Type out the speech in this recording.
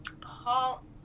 Paul